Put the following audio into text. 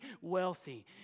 wealthy